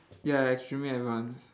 ya extremely advance